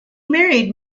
married